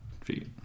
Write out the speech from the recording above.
feet